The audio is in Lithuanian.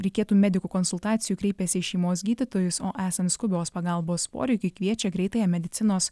reikėtų medikų konsultacijų kreipėsi į šeimos gydytojus o esant skubios pagalbos poreikiui kviečia greitąją medicinos